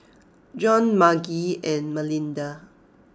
Jon Margie and Melinda